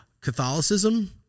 Catholicism